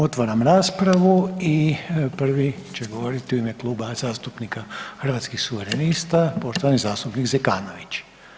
Otvaram raspravu i prvi će govoriti u ime Kluba zastupnika Hrvatskih suverenista poštovani zastupnik Zekanović.